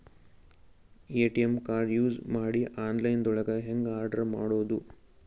ATM card use ಮಾಡಿ online ದೊಳಗೆ ಹೆಂಗ್ ಆರ್ಡರ್ ಮಾಡುದು?